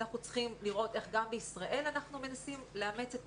אנחנו צריכים לראות איך גם בישראל אנחנו מנסים לאמץ את